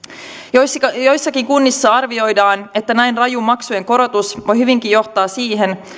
joissakin joissakin kunnissa arvioidaan että näin raju maksujen korotus voi hyvinkin johtaa siihen